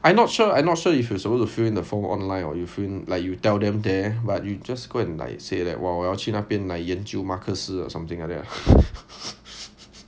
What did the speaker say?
I not sure I not sure if you supposed to fill in the form online or you fill like you tell them there but you just go like say said that 我我要去那边 like 研究马克思 or something like that